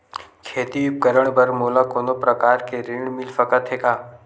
खेती उपकरण बर मोला कोनो प्रकार के ऋण मिल सकथे का?